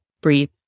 breathe